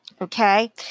Okay